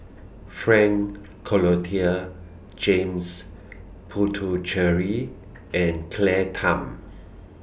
Frank Cloutier James Puthucheary and Claire Tham